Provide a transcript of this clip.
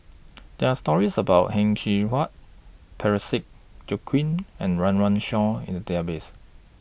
There Are stories about Heng Cheng Hwa Parsick Joaquim and Run Run Shaw in The Database